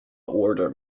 order